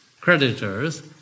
creditors